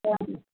औ